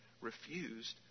Refused